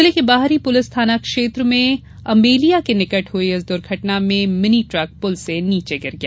जिले के बाहरी पुलिस थाना क्षेत्र में अमेलिया के निकट हुई इस दुघर्टना में मिनी ट्रक पुल से नीचे गिर गया